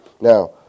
Now